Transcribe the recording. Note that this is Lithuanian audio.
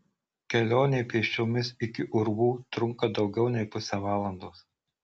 kelionė pėsčiomis iki urvų trunka daugiau nei pusę valandos